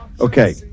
okay